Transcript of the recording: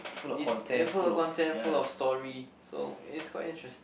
it and full of content full of story so it's quite interesting